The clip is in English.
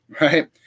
right